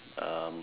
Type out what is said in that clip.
um